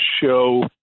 show